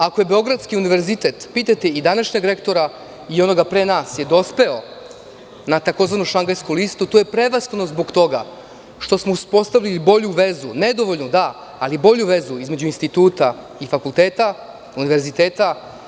Ako je Beogradski univerzitet, pitajte i današnjeg rektora i onoga pre nas, dospeo na tzv. šangajsku listu, to je prevashodno zbog toga što smo uspostavili vezu, nedovoljnu, ali bolju vezu između instituta i fakulteta, univerziteta.